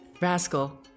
Rascal